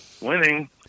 winning